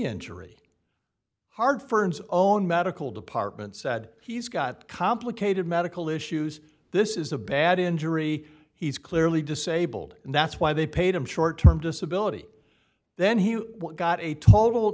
injury hard fern's own medical department said he's got complicated medical issues this is a bad injury he's clearly disabled and that's why they paid him short term disability then he got a total